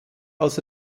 als